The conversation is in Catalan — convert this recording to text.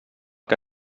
que